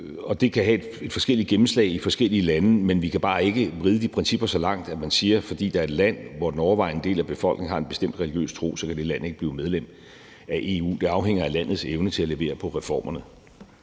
og det kan have et forskelligt gennemslag i forskellige lande, men vi kan bare ikke vride de principper så langt, at man siger, at fordi der er et land, hvor den overvejende del af befolkningen har en bestemt religiøs tro, kan det land ikke blive medlem af EU. Det afhænger af landets evne til at levere på reformerne.